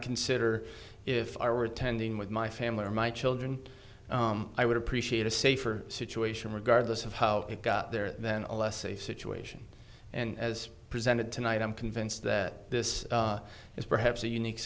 consider if i were attending with my family or my children i would appreciate a safer situation regardless of how it got there than a less safe situation and as presented tonight i'm convinced that this is perhaps a unique